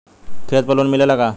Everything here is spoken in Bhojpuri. खेत पर लोन मिलेला का?